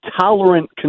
tolerant